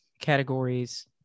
categories